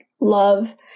love